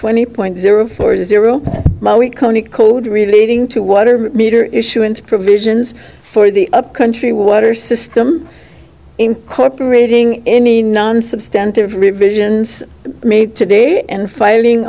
twenty point zero four zero code relating to water meter issuance provisions for the upcountry water system incorporating any non substantive revisions made today and filing